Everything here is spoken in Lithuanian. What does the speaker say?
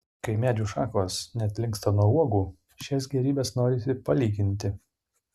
kai medžių šakos net linksta nuo uogų šias gėrybes norisi palyginti